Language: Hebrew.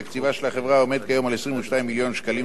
העומד כיום על 22 מיליון שקלים חדשים לשנה,